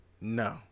No